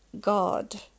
God